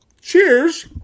cheers